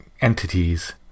entities